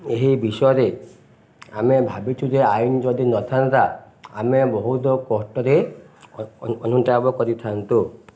ଏହି ବିଷୟରେ ଆମେ ଭାବିଛୁ ଯେ ଆଇନ ଯଦି ନଥାନ୍ତା ଆମେ ବହୁତ କଷ୍ଟରେ ଅନୁତାପ କରିଥାନ୍ତୁ